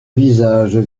visages